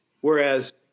Whereas